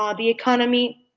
um the economy.